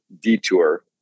detour